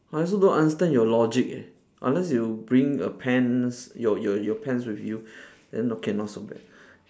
I also don't understand your logic leh unless you bring a pants your your your pants with you then okay not so bad